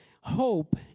hope